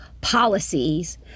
policies